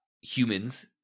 humans